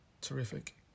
terrific